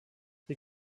sie